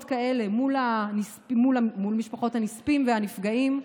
כאלה מול משפחות הנספים והנפגעים,